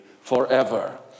forever